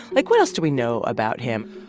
like what else do we know about him?